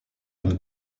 une